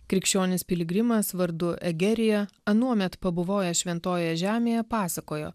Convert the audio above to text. krikščionis piligrimas vardu egerija anuomet pabuvojęs šventojoje žemėje pasakojo